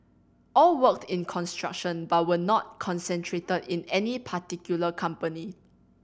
all worked in construction but were not concentrated in any particular company